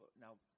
Now